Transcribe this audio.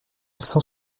cent